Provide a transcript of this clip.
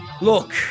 look